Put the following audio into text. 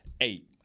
Eight